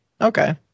Okay